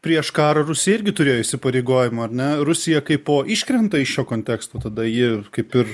prieš karą rusija irgi turėjo įsipareigojimų ar ne rusija kaipo iškrenta iš šio konteksto tada ji kaip ir